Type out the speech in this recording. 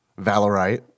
Valorite